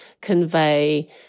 convey